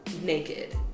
naked